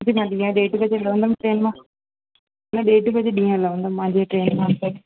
जी मां ॾींहं जो ॾेढ बजे लहंदमि ट्रेन मां मां ॾेढ बजे ॾींहं जो लहंदमि मुंहिंजी ट्रेन आहे